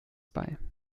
bei